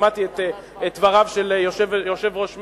שמעתי את דבריו של יושב-ראש מרצ,